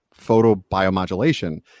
photobiomodulation